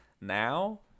now